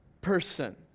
person